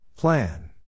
Plan